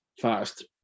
fast